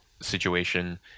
Situation